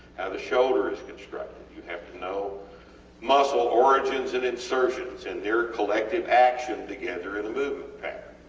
the shoulders construct, you have to know muscle origins and insertions and their collective action together in a movement pattern.